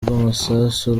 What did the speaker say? rw’amasasu